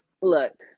look